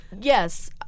yes